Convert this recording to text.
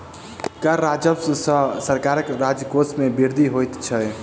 कर राजस्व सॅ सरकारक राजकोश मे वृद्धि होइत छै